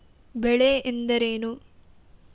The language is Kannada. ಬೆಳೆ ಎಂದರೇನು?